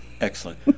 Excellent